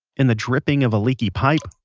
in the dripping of a leaky pipe,